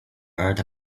earth